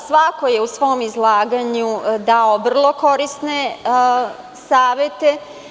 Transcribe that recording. Svako je u svom izlaganju dao vrlo korisne savete.